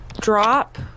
drop